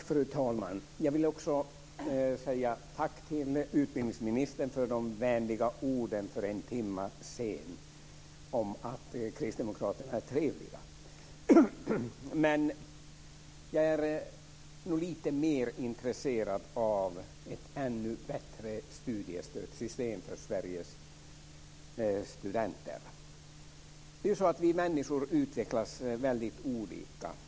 Fru talman! Jag vill också säga tack till utbildningsministern för de vänliga orden för en timme sedan om att kristdemokraterna är trevliga. Men jag är nog lite mer intresserad av ett ännu bättre studiestödssystem för Sveriges studenter. Vi människor utvecklas olika.